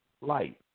light